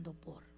por